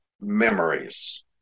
Memories